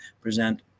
present